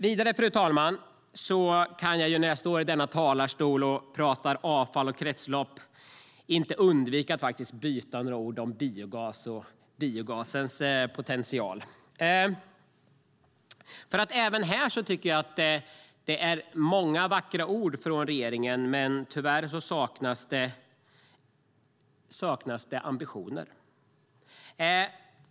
När jag nu står här i talarstolen och pratar avfall och kretslopp kan jag inte låta bli att faktiskt säga några ord om biogas och biogasens potential. Det är många vackra ord från regeringen, men det saknas ambitioner.